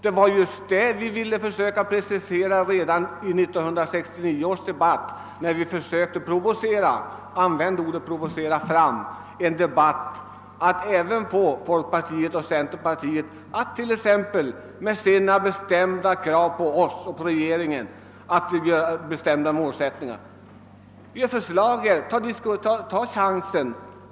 Det var just detta vi försökte få preciserat i 1969 års debatt, när vi försökte provocera — vi använde det ordet — centerpartiet och folkpartiet, som framförde bestämda krav mot socialdemokraterna och regeringen, att ange en konkret målsättning. Nu föreligger ett förslag.